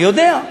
אני יודע.